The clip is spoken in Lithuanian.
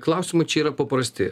klausimai čia yra paprasti